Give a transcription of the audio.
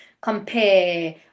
compare